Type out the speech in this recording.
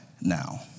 now